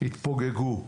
התפוגגו.